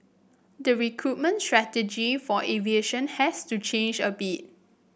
the recruitment strategy for aviation has to change a bit